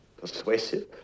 Persuasive